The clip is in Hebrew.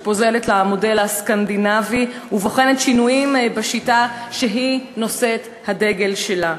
שפוזלת למודל הסקנדינבי ובוחנת שינויים בשיטה שהיא נושאת הדגל שלה.